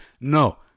No